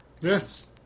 Yes